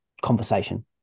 conversation